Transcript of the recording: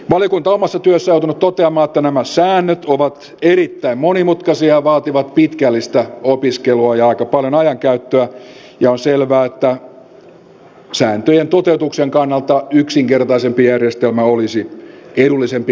valiokunta omassa työssään on joutunut toteamaan että nämä säännöt ovat erittäin monimutkaisia ja vaativat pitkällistä opiskelua ja aika paljon ajankäyttöä ja on selvää että sääntöjen toteutuksen kannalta yksinkertaisempi järjestelmä olisi edullisempi kaikille